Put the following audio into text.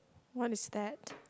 what is that